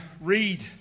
read